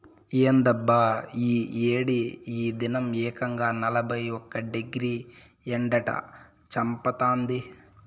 ఏందబ్బా ఈ ఏడి ఈ దినం ఏకంగా నలభై ఒక్క డిగ్రీ ఎండట చంపతాంది